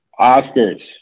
Oscars